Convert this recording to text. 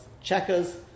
checkers